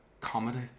comedy